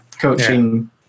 coaching